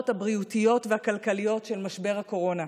הבריאותיות והכלכליות של משבר הקורונה.